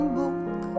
book